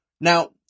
Now